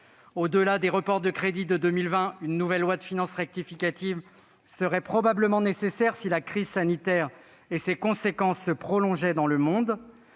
Au-delà des reports de crédits de 2020, une nouvelle loi de finances rectificative serait probablement nécessaire si la crise sanitaire et ses conséquences se prolongeaient dans le monde.